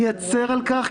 אני אצר על כך,